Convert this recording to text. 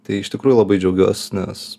tai iš tikrųjų labai džiaugiuos nes